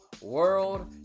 world